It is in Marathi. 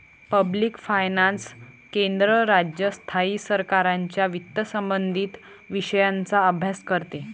पब्लिक फायनान्स केंद्र, राज्य, स्थायी सरकारांच्या वित्तसंबंधित विषयांचा अभ्यास करते